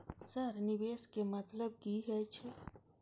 Sir निवेश के मतलब की हे छे?